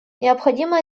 необходимо